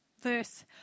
verse